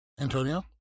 Antonio